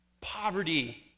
poverty